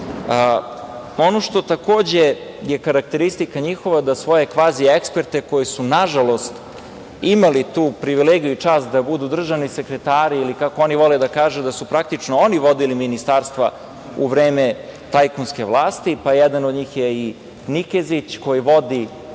što takođe je karakteristika njihova je da svoje kvazi eksperte koji su nažalost imali tu privilegiju i čast da budu državni sekretari ili, kako oni vole da kažu, da su praktično oni vodili ministarstva u vreme tajkunske vlasti. Jedan od njih je Nikezić koji vodi